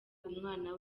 umwana